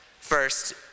first